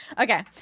Okay